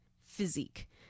physique